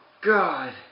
god